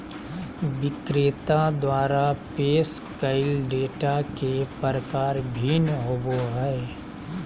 विक्रेता द्वारा पेश कइल डेटा के प्रकार भिन्न होबो हइ